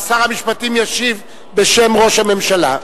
שר המשפטים ישיב בשם ראש הממשלה.